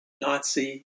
Nazi